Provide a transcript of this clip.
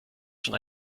schon